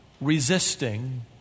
Resisting